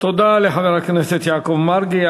תודה לחבר הכנסת יעקב מרגי.